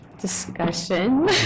Discussion